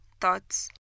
thoughts